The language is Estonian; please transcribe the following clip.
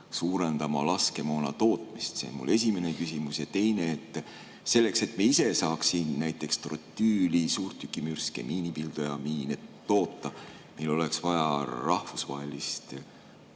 suurendama laskemoona tootmist siin? See on mu esimene küsimus. Ja teine: selleks, et me ise saaks siin trotüüli, suurtükimürske ja miinipilduja miine toota, meil oleks vaja rahvusvahelist